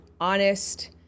honest